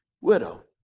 widow